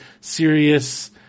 serious